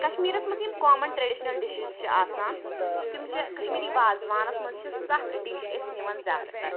کشمیٖرَس مَنٛز یم کوامَن ٹرٛیٚڈِشنَل ڈِشِز چھِ آسان تِم چھِ کشمیٖری وازٕوانَس مَنٛز چھِ ستھ ڈِش أسۍ نِوان زیادٕ تر